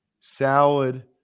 salad